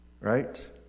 Right